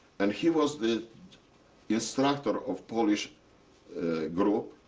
and he was the instructor of polish group,